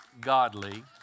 godly